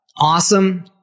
awesome